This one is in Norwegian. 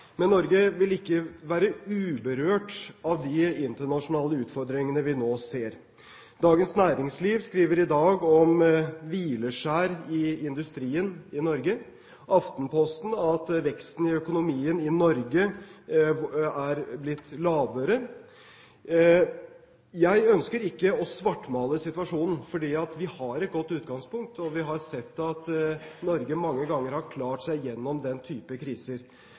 Men Norge vil ikke være uberørt av de internasjonale utfordringene vi nå ser. Dagens Næringsliv skriver i dag om «hvileskjær i industrien» i Norge, Aftenposten at veksten i økonomien i Norge er blitt lavere. Jeg ønsker ikke å svartmale situasjonen, for vi har et godt utgangspunkt, og vi har sett at Norge mange ganger har klart seg gjennom den typen kriser.